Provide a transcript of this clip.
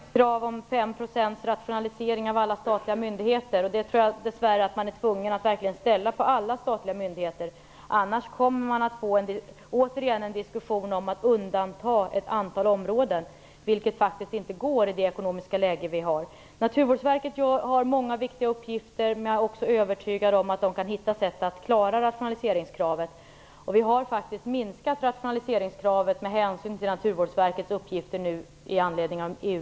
Herr talman! Det finns ett generellt besparingskrav om 5 % som gäller alla statliga myndigheter. Det kravet tror jag dess värre att man är tvungen att ställa på alla statliga myndigheter. Annars kommer det återigen att bli en diskussion om att ett antal områden skall undantas, vilket faktiskt inte går i det ekonomiska läge som vi har. Naturvårdsverket har många viktiga uppgifter, men jag är övertygad om att man där kan hitta sätt för att klara av rationaliseringskraven. Vi har faktiskt minskat rationaliseringskravet med hänsyn till Naturvårdsverkets uppgifter med anledning av EU